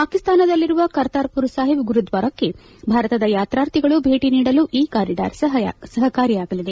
ಪಾಕಿಸ್ತಾನದಲ್ಲಿರುವ ಕರ್ತಾರ್ಮರ ಸಾಹಿಬ್ ಗುರುದ್ವಾರಕ್ಕೆ ಭಾರತದ ಯಾತ್ರಾರ್ಥಿಗಳು ಭೇಟ ನೀಡಲು ಈ ಕಾರಿಡಾರ್ ಸಹಕಾರಿಯಾಗಲಿದೆ